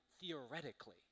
theoretically